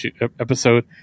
episode